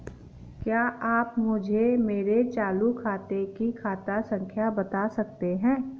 क्या आप मुझे मेरे चालू खाते की खाता संख्या बता सकते हैं?